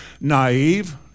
naive